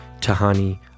tahani